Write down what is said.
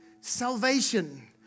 salvation